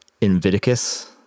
Inviticus